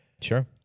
Sure